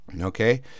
Okay